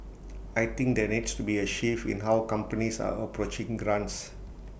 I think there needs to be A shift in how companies are approaching grants